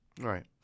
Right